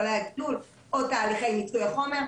מפעלי הגידול או תהליכי ייצור החומר,